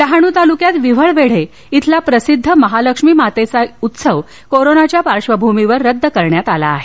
डहाणू तालुक्यात विव्हळवेढे इथंला प्रसिद्ध महालक्ष्मी मातेचा यात्रा उत्सव कोरोनाच्या पार्श्वभूमीवर रद्द करण्यात आला आहे